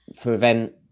prevent